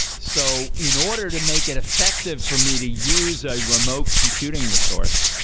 so in order to make it effective for me to use a remote computing resource,